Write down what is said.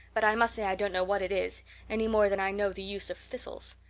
but i must say i don't know what it is any more than i know the use of thistles.